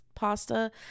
pasta